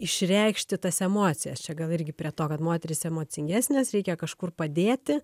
išreikšti tas emocijas čia gal irgi prie to kad moterys emocingesnės reikia kažkur padėti